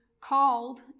called